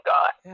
God